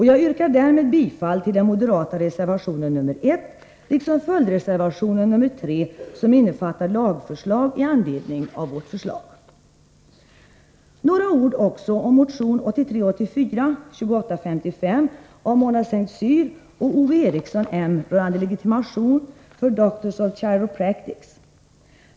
Jag yrkar därmed bifall till den moderata reservationen nr 1 liksom följdreservation nr 3, som innefattar lagförslag i anledning av vårt förslag. Några ord också om motion 1983/84:2855 av Mona Saint Cyr och Ove Eriksson rörande legitimation för Doctors of Chiropractic.